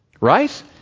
Right